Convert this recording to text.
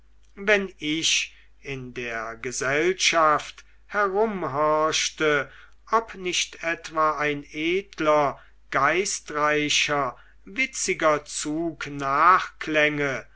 wenn ich in der gesellschaft herumhorchte ob nicht etwa ein edler geistreicher witziger zug